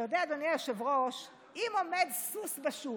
אתה יודע, אדוני היושב-ראש, עומד סוס בשוק,